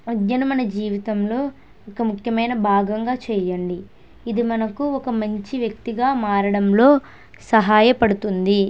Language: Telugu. విద్యను మన జీవితంలో ఇక ముఖ్యమైన భాగంగా చేయండి ఇది మనకు ఒక మంచి వ్యక్తిగా మారడంలో సహాయపడుతుంది